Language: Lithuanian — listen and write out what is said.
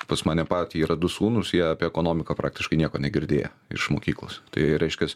pas mane patį yra du sūnūs jie apie ekonomiką praktiškai nieko negirdėję iš mokyklos tai reiškias